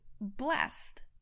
blessed